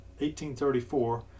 1834